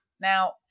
Now